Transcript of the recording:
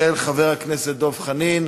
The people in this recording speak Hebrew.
של חבר הכנסת דב חנין.